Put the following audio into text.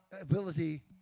ability